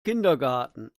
kindergarten